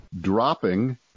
dropping